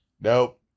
Nope